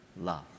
love